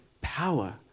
power